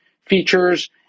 features